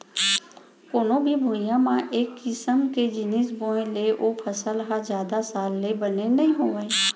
कोनो भी भुइंया म एक किसम के जिनिस बोए ले ओ फसल ह जादा साल ले बने नइ होवय